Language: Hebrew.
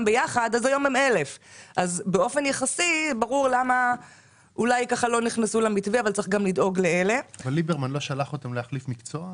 היום יש שם 1,000. ליברמן לא שלח אותם להחליף מקצוע?